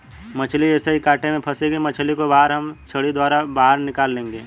मछली जैसे ही कांटे में फंसेगी मछली को हम छड़ी द्वारा बाहर निकाल लेंगे